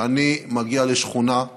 כשאני מגיע לשכונה,